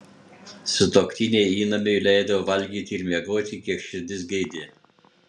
sutuoktiniai įnamiui leido valgyti ir miegoti kiek širdis geidė